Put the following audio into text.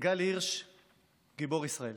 גל הירש גיבור ישראל,